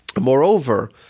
Moreover